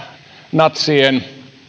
natsien